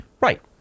right